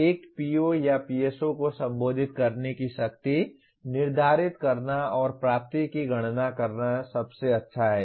एक PO या PSO को संबोधित करने की शक्ति निर्धारित करना और प्राप्ति की गणना करना सबसे अच्छा है